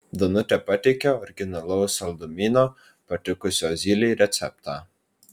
danutė pateikė originalaus saldumyno patikusio zylei receptą